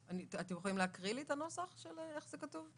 אתם יכולים להקריא לי את הנוסח, איך זה כתוב?